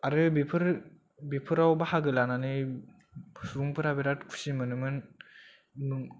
आरो बेफोर बेफोराव बाहागो लानानै सुबुंफोरा बिराद खुसि मोनोमोन